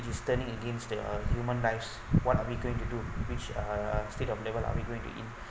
he's turning against the human lives what are we going to do which uh state of level are we going to in